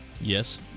Yes